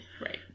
Right